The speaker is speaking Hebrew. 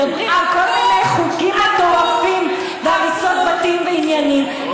מדברים על כל מיני חוקים מטורפים והריסות בתים ועניינים,